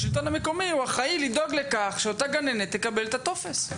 השלטון המקומי אחראי לדאוג לכך שאותה גננת תקבל את הטופס.